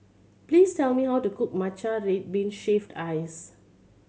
please tell me how to cook matcha red bean shaved ice